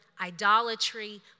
idolatry